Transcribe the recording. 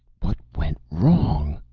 what went wrong?